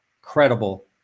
credible